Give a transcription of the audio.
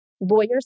lawyers